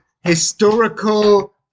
historical